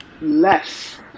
less